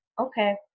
okay